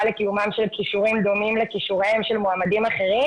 לקיומם של כישורים דומים לכישוריהם של מועמדים אחרים.